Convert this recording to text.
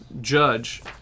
judge